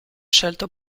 scelto